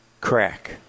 crack